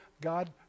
God